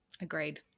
Agreed